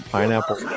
Pineapple